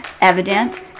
evident